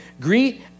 Greet